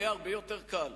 יהיה הרבה יותר קל.